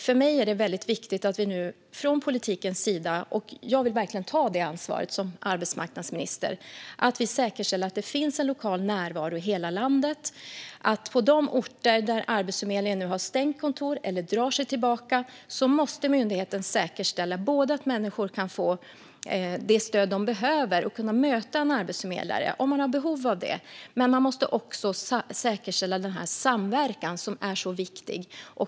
För mig är det väldigt viktigt att vi nu från politikens sida - och jag vill verkligen ta det ansvaret som arbetsmarknadsminister - säkerställer att det finns en lokal närvaro i hela landet. På de orter där Arbetsförmedlingen nu har stängt kontor eller drar sig tillbaka måste myndigheten säkerställa att människor kan få det stöd de behöver och kan möta en arbetsförmedlare om de har behov av det. Man måste också säkerställa den samverkan som är så viktig.